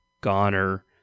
goner